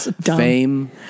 fame